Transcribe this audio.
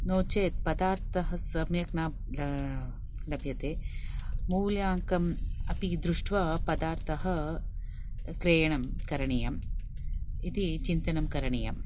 नो चेत् पदार्थः सम्यक् न लभ्यते मूल्याङ्कम् अपि दृष्ट्वा पदार्थः क्रयणं करणीयम् इति चिन्तनं करणीयम्